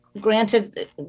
Granted